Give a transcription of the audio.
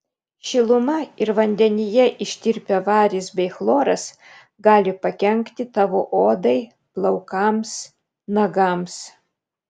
šiluma ir vandenyje ištirpę varis bei chloras gali pakenkti tavo odai plaukams nagams